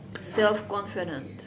self-confident